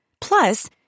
Plus